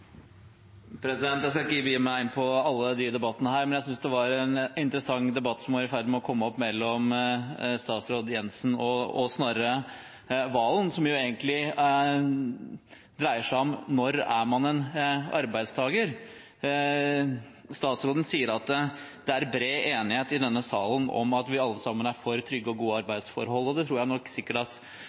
Jeg skal ikke begi meg inn på alle de debattene her, men jeg synes det var en interessant debatt som var i ferd med å komme opp mellom statsråd Jensen og Snorre Serigstad Valen, som egentlig dreier seg om: Når er man en arbeidstaker? Statsråden sier at det er bred enighet i denne salen om at vi alle er for trygge og gode arbeidsforhold. Det tror jeg nok